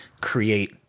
create